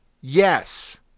Yes